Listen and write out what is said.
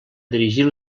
dirigir